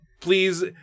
Please